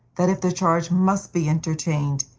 that if the charge must be entertained,